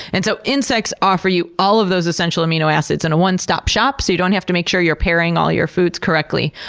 and so insects offer you all of those essential amino acids in a one-stop shop, so you don't have to make sure you're pairing all your foods correctly.